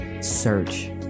Search